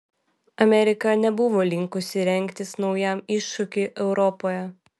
amerika nebuvo linkusi rengtis naujam iššūkiui europoje